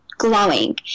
Glowing